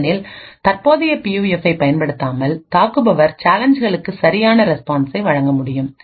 ஏனெனில் தற்போதைய பியூஎஃப்பை பயன்படுத்தாமல் தாக்குபவர் சேலஞ்சுகளுக்கு சரியான ரெஸ்பான்ஸ்களை வழங்க முடியும்